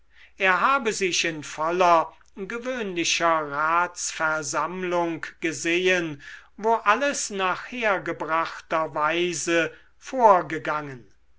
er habe sich in voller gewöhnlicher ratsversammlung gesehen wo alles nach hergebrachter weise vorgegangen